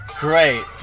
great